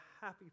happy